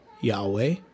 Yahweh